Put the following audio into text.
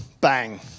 bang